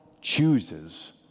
chooses